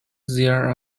there